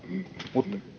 mutta